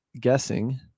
guessing